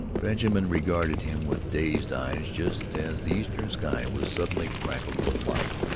benjamin regarded him with dazed eyes just as the eastern sky was suddenly cracked with light,